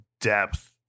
depth